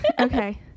okay